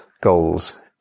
goals